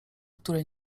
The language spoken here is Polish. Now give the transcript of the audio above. które